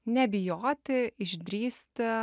nebijoti išdrįsti